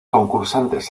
concursantes